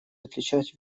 отличать